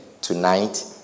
tonight